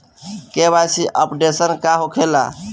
KYC updation का होखेला?